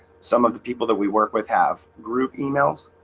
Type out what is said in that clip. some of the people that we work with have group emails